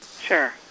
Sure